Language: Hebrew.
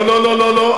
לא, לא.